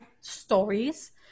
stories